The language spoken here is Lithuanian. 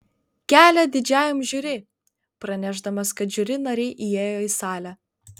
kelią didžiajam žiuri pranešdamas kad žiuri nariai įėjo į salę